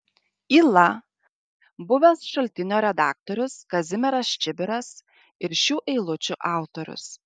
yla buvęs šaltinio redaktorius kazimieras čibiras ir šių eilučių autorius